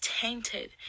tainted